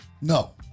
no